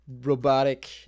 robotic